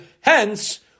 Hence